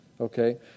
okay